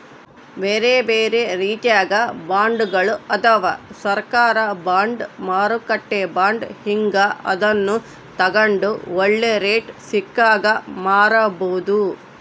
ಬೇರೆಬೇರೆ ರೀತಿಗ ಬಾಂಡ್ಗಳು ಅದವ, ಸರ್ಕಾರ ಬಾಂಡ್, ಮಾರುಕಟ್ಟೆ ಬಾಂಡ್ ಹೀಂಗ, ಅದನ್ನು ತಗಂಡು ಒಳ್ಳೆ ರೇಟು ಸಿಕ್ಕಾಗ ಮಾರಬೋದು